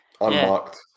unmarked